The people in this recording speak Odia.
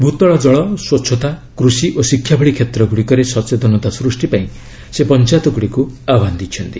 ଭୂତଳ ଜଳ ସ୍ୱଚ୍ଛତା କୃଷି ଓ ଶିକ୍ଷା ଭଳି କ୍ଷେତ୍ରଗୁଡ଼ିକରେ ସଚେତନତା ସୃଷ୍ଟି ପାଇଁ ସେ ପଞ୍ଚାୟତଗୁଡ଼ିକୁ ଆହ୍ୱାନ ଦେଇଛନ୍ତି